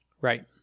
Right